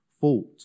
fault